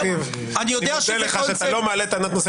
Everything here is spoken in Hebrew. אני מודה לך שאתה לא מעלה טענת נושא